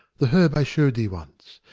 the herb i showed thee once.